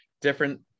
different